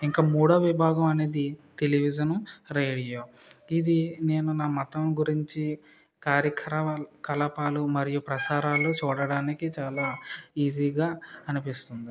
ఇంకా మూడవ విభాగం అనేది టెలివిజన్ రేడియో ఇది నేను నా మతం గురించి కార్యక్రమ కలాపాలు మరియు ప్రసారాలు చూడడానికి చాలా ఈజీ గా అనిపిస్తుంది